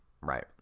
Right